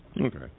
Okay